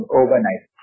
overnight